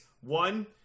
One